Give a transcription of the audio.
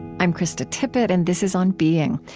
i'm krista tippett, and this is on being.